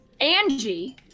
Angie